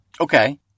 Okay